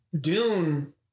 Dune